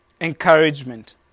encouragement